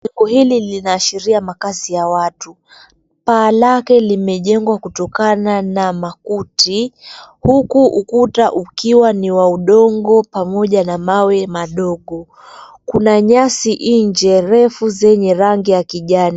Siko hili liaashiria makazi ya watu. Paa lake limejengwa kutokana na makuti huku ukuta ukiwa ni wa udongo pamoja na mawe madogo. Kuna nyasi njee refu zenye rangi ya kijani.